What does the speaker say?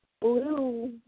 blue